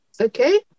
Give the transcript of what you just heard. Okay